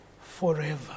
forever